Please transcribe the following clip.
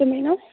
তুমি নহ্